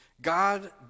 God